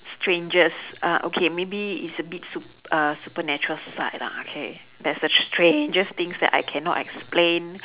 strangest uh okay maybe it's a bit sup~ uh supernatural side lah okay that's the strangest things that I cannot explain